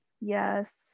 yes